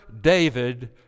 David